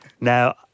Now